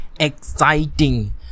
exciting